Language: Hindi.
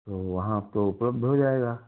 तो वहाँ तो उपलब्ध हो जाएगा